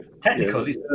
technically